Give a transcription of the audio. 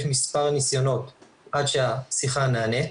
יש מספר ניסיונות עד שהשיחה נענית,